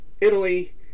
Italy